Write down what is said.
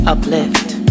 Uplift